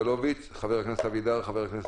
חבר הכנסת אבידר, חבר הכנסת